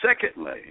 Secondly